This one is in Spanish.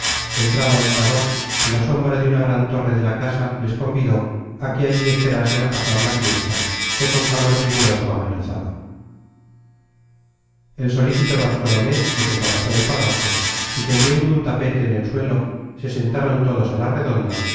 entraba el calor y la sombra de una gran torre de la casa les convidó á que allí esperasen á pasar la siesta que con calor riguroso amenazaba el solícito bartolomé desembarazó el bagaje y tendiendo un tapete en el suelo se sentaron todos á la redonda